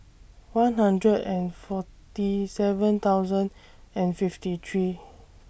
one hundred and forty seven thousand and fifty three